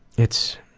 it's